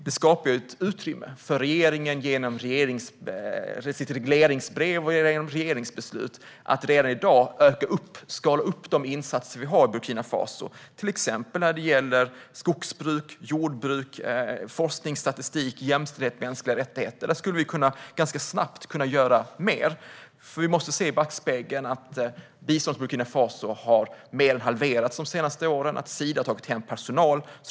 Detta skapar ett utrymme för regeringen att genom regleringsbrev och regeringsbeslut redan i dag öka och skala upp våra insatser i Burkina Faso till exempel när det gäller skogsbruk, jordbruk, forskningsstatistik, jämställdhet och mänskliga rättigheter. Där skulle vi ganska snabbt kunna göra mer, för vi ser i backspegeln att biståndet till Burkina Faso har mer än halverats de senaste åren. Sida har även tagit hem personal.